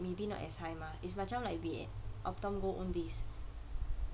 maybe not as high mah it's macam like we optom go Owndays